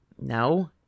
No